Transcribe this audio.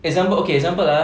example okay example ah